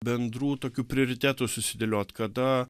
bendrų tokių prioritetų susidėliot kada